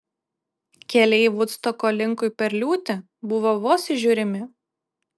keliai vudstoko linkui per liūtį buvo vos įžiūrimi